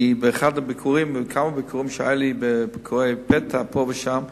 בכמה ביקורים שהיו לי, ביקורי פתע פה ושם,